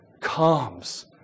comes